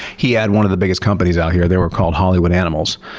he had one of the biggest companies out here, they were called hollywood animals.